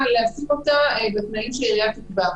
על להציב אותה בתנאים שהעירייה תקבע.